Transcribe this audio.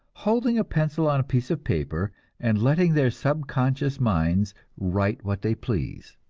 holding a pencil on a piece of paper and letting their subconscious minds write what they please.